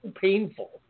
painful